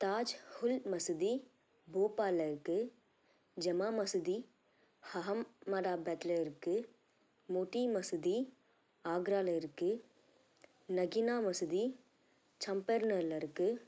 தாஜ் ஹுல் மசூதி போபால்ல இருக்குது ஜமா மசூதி ஹஹமதாபாத்ல இருக்குது மொட்டி மசூதி ஆக்ரால இருக்குது நக்கினா மசூதி ஜம்பர்னல்ல இருக்குது